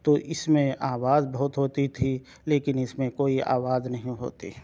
تو اس میں آواز بہت ہوتی تھی لیکن اس میں کوئی آواز نہیں ہوتی